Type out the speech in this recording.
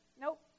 nope